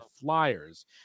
Flyers